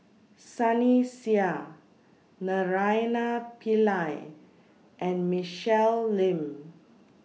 Sunny Sia Naraina Pillai and Michelle Lim